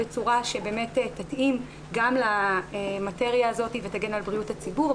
בצורה שתתאים גם למטריה הזאת ותגן על בריאות הציבור,